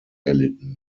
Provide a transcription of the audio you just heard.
erlitten